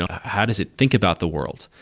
how does it think about the world?